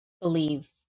believe